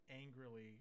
angrily